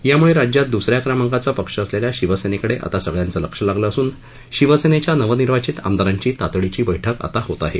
त्याम्ळे राज्यात द्सऱ्या क्रमांकाचा पक्ष असलेल्या शिवसेनेकडे आता सगळ्यांचं लक्ष लागलं असून शिवसेनेच्या नवनिर्वाचित आमदारांची तातडीची बैठक आता होत आहे